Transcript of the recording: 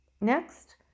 next